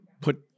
put